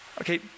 Okay